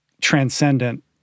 transcendent